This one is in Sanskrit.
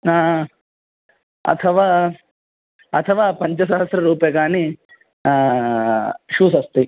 अथवा अथवा पञ्चसहस्ररूप्यकाणि शूस् अस्ति